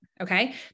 Okay